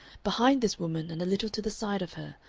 behind this woman and a little to the side of her,